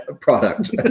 product